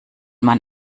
man